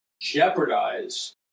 jeopardize